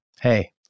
hey